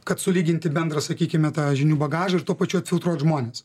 kad sulyginti bendrą sakykime tą žinių bagažą ir tuo pačiu atfiltruot žmones